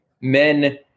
men